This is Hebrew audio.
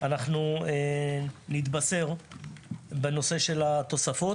אנחנו נתבשר בנושא של התוספות.